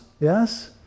yes